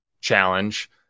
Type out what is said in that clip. challenge